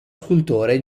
scultore